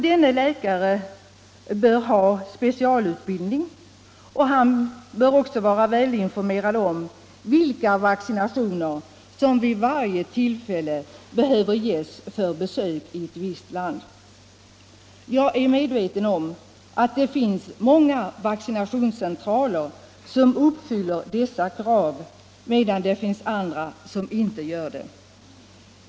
Denne läkare bör ha specialutbildning, och han bör vara väl informerad om vilka vaccinationer som vid varje tillfälle behöver ges för besök i ett visst land. Jag är medveten om att det finns många vaccinationscentraler som uppfyller dessa krav, medan det finns andra som inte gör det.